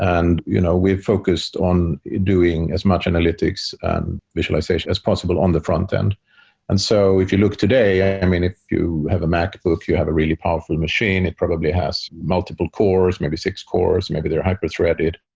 and you know we've focused on doing as much analytics and visualization as possible on the front-end and so if you look today, i mean, if you have a macbook, you have a really powerful machine. it probably has multiple cores, maybe six cores, maybe they're hyper-threaded.